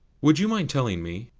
would you mind telling me,